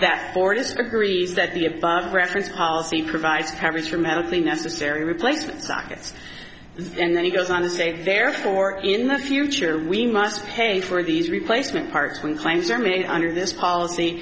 that fortis agrees that the above referenced policy provides coverage for medically necessary replacement sockets and then he goes on to say there for in the future we must pay for these replacement parts when claims are made under this policy